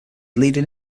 leading